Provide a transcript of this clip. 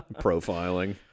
Profiling